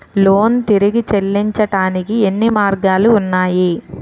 Loan తిరిగి చెల్లించటానికి ఎన్ని మార్గాలు ఉన్నాయి?